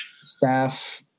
staff